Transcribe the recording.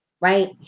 Right